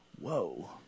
Whoa